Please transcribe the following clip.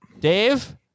Dave